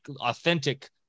authentic